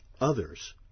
others